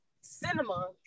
cinema